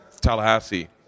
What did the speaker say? Tallahassee